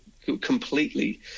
completely